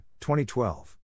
2012